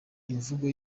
imvugo